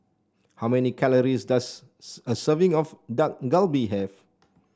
how many calories does a serving of Dak Galbi have